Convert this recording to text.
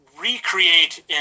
recreate